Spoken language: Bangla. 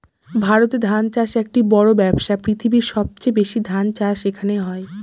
ভারতে ধান চাষ একটি বড়ো ব্যবসা, পৃথিবীর সবচেয়ে বেশি ধান চাষ এখানে হয়